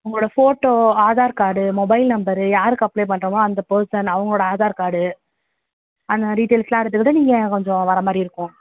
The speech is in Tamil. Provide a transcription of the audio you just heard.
உங்களோடய photo Aadhaar card mobile number யாருக்கு அப்ளை பண்ணுறோம்மோ அந்த பேர்சன் அவங்களோட ஆதார் கார்டு அந்தந்த டீடெயில்ஸ்லாம் எடுத்துக்கிட்டு நீங்கள் கொஞ்சம் வரமாதிரி இருக்கும்